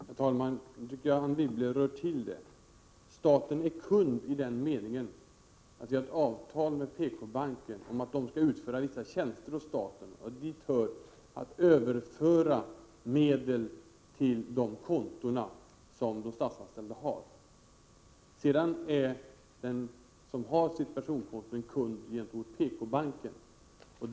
Herr talman! Nu tycker jag att Anne Wibble rör till det. Staten är kund i den meningen att vi har ett avtal med PK-banken om att den skall utföra vissa tjänster åt staten. Dit hör att överföra medel till de konton som de statsanställda har. Sedan är den som har ett sådant personkonto kund gentemot PK-banken.